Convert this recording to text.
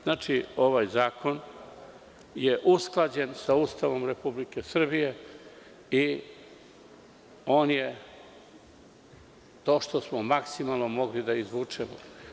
Znači, ovaj zakon je usklađen sa Ustavom Republike Srbije i on je to što smo maksimalno mogli da izvučemo.